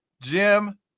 Jim